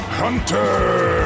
hunter